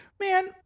Man